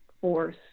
force